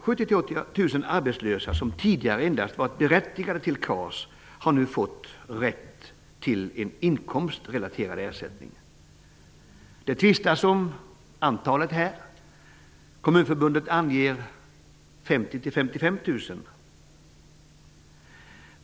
70 000--80 000 arbetslösa som tidigare endast varit berättigade till KAS har nu fått rätt till en inkomstrelaterad ersättning. Det tvistas om antalet. Kommunförbundet anger 50 000--55 000.